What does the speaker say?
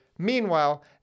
Meanwhile